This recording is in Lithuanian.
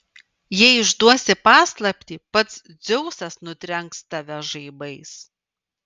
jei išduosi paslaptį pats dzeusas nutrenks tave žaibais